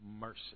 mercy